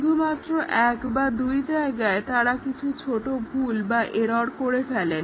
শুধুমাত্র এক বা দুই জায়গায় তারা কিছু ছোট ভুল বা এরর করে ফেলেন